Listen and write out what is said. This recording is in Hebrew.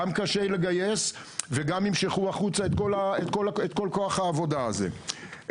גם קשה לגייס וגם יימשכו החוצה את כל כוח העבודה הזה.